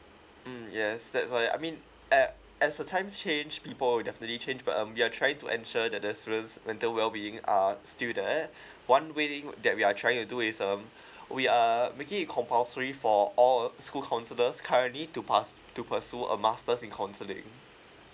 mm yes that's why I mean a~ as the times change people'll definitely change but um we're trying to ensure that the students' mental wellbeing are still there one way that we're trying to do is um we are making it compulsory for all school counsellors currently to pass to pursue a master's in counselling